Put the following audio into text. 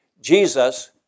Jesus